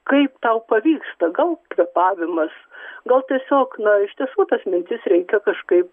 kaip tau pavyksta gal kvėpavimas gal tiesiog na iš tiesų tas mintis reikia kažkaip